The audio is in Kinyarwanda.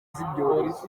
z’ibyorezo